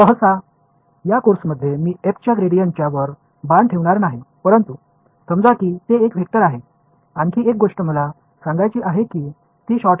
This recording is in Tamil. வழக்கமாக இந்த பாடத்தில் நான் f இன் கிரேடியன்ட் க்கு மேல் அம்புக்குறியை போடவில்லை என்றாலும் அதனை ஒரு வெக்டர் என்று நாம் புரிந்து கொள்ள வேண்டும் நான் சுட்டிக்காட்ட விரும்பும் மற்றொரு விஷயம் இது ஒரு சுருக்கெழுத்து குறியீடாகும்